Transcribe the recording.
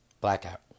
Blackout